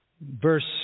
verse